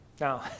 Now